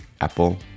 Apple